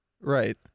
Right